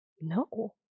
no